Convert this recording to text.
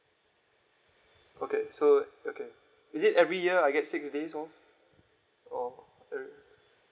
okay so okay is it every year I get six days off or